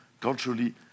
culturally